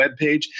webpage